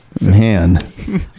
Man